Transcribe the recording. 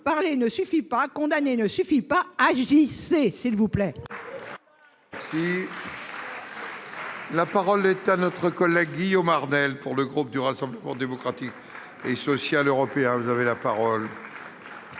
Parler ne suffit pas, condamner ne suffit pas, agissez, s'il vous plaît